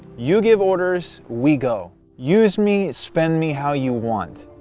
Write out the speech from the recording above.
you give orders, we go. use me, spend me how you want.